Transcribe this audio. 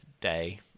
day